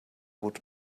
would